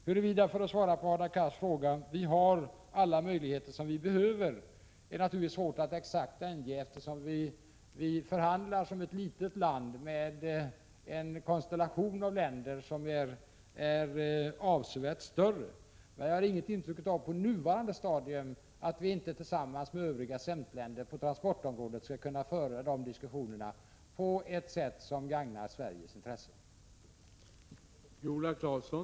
Huruvida — som ett svar till Hadar Cars — vi har alla de möjligheter som vi 91 behöver är naturligtvis svårt att ange exakt, eftersom vi förhandlar som ett litet land med en konstellation av länder som är avsevärt större. Men på nuvarande stadium har jag inget intryck av att vi inte tillsammans med övriga CEMT-länder på transportområdet skulle kunna föra diskussionerna på ett sätt som gagnar Sveriges intressen.